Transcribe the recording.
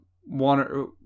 one